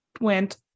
went